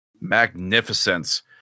Magnificence